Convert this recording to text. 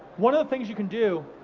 one of the things you can do,